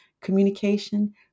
communication